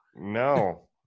no